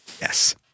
Yes